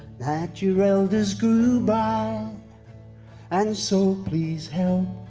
that your elders grew by and so please help